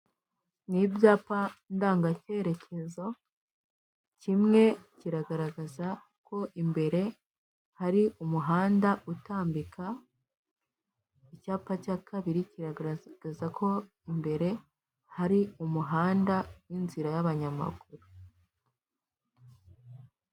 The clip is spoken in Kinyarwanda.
Ni ibyapa ndangakerekezo kimwe kiragaragaza ko imbere hari umuhanda utambika, icyapa cya kabiri kiragaragaza ko imbere hari umuhanda w'inzira y'abanyamaguru.